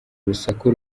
urusaku